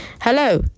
Hello